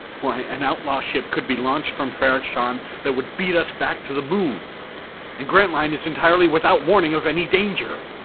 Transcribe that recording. why, an outlaw ship could be launched from ferrok-shahn that would beat us back to the moon and grantline is entirely without warning of any danger!